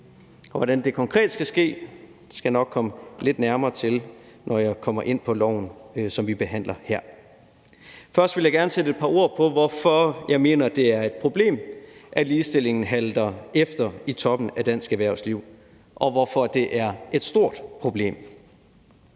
Hvordan det konkret skal ske, skal jeg nok komme lidt nærmere ind på, når jeg kommer ind på lovforslaget, som vi behandler her. Først vil jeg gerne sætte et par ord på, hvorfor jeg mener, det er et problem, at ligestillingen halter bagefter i toppen af dansk erhvervsliv, og hvorfor det er et stort problem.